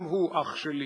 גם הוא אח שלי,